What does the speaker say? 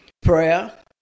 prayer